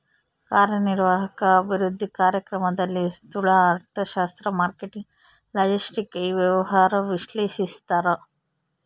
ಕಾರ್ಯನಿರ್ವಾಹಕ ಅಭಿವೃದ್ಧಿ ಕಾರ್ಯಕ್ರಮದಲ್ಲಿ ಸ್ತೂಲ ಅರ್ಥಶಾಸ್ತ್ರ ಮಾರ್ಕೆಟಿಂಗ್ ಲಾಜೆಸ್ಟಿಕ್ ಇ ವ್ಯವಹಾರ ವಿಶ್ಲೇಷಿಸ್ತಾರ